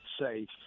safe